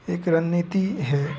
एक रणनीति है